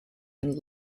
and